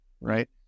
right